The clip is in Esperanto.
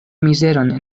mizeron